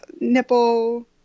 nipple